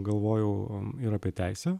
galvojau ir apie teisę